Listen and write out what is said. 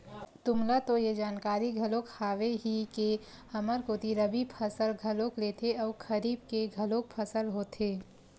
तुमला तो ये जानकारी घलोक हावे ही के हमर कोती रबि फसल घलोक लेथे अउ खरीफ के घलोक फसल होथे